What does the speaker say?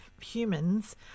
humans